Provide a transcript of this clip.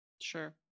Sure